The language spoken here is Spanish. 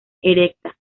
erecta